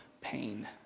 pain